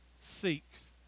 seeks